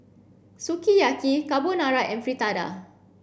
Sukiyaki Carbonara and Fritada